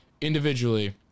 individually